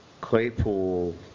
Claypool